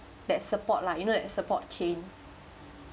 that support lah you know that support cane